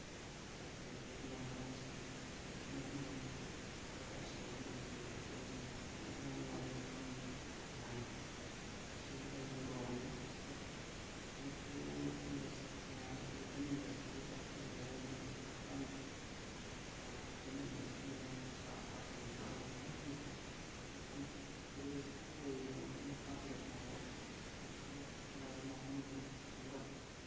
ꯂꯣꯛꯇꯥꯛ lake ꯂꯩ Keibul Lamjao national park ꯂꯩꯕ ꯁꯨꯃꯥꯏꯅ ꯑꯩꯅ ꯑꯦꯗꯚꯔꯇꯥꯏꯁ ꯇꯧꯕ ꯃꯅꯤꯄꯨꯔꯗ ꯀꯣꯏꯕ ꯂꯥꯛꯄꯗ ꯌꯥꯝꯅ ꯅꯨꯡꯉꯥꯏꯕ ꯃꯐꯝꯅꯤꯑꯅ ꯍꯥꯏꯀꯣ ꯃꯁꯤ ꯑꯩꯒꯤ ꯔꯣꯜꯅꯤ ꯑꯗꯨꯒ ꯃꯅꯤꯄꯨꯔꯗ ꯇꯨꯔꯤꯖꯝ ꯏꯟꯗꯁꯇ꯭ꯔꯤꯁꯤ ꯆꯥꯎꯈꯠꯍꯟꯒꯦ ꯍꯥꯏꯔꯒꯗꯤ ꯃꯅꯤꯄꯨꯔ ꯁꯔꯀꯥꯔꯅꯁꯨ ꯇꯨꯔꯤꯖꯝ ꯏꯟꯗꯁꯇ꯭ꯔꯤꯒꯤꯗꯃꯛꯇ ꯄꯩꯁꯥ ꯊꯥꯊꯕ ꯃꯊꯧ ꯇꯥꯏ ꯇꯨꯔꯤꯁ ꯏꯁꯄꯣꯠ ꯑꯣꯏꯔꯤꯕ ꯃꯐꯝ ꯂꯣꯛꯇꯥꯛ ꯂꯦꯛ ꯍꯥꯏꯔꯣ ꯁꯗꯨ ꯆꯤꯔꯨ ꯋꯥꯇꯔꯐꯣꯜ ꯍꯥꯏꯔꯣ ꯃꯐꯝꯗꯨ ꯁꯦꯝꯒꯠꯄ